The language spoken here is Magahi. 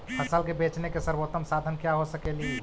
फसल के बेचने के सरबोतम साधन क्या हो सकेली?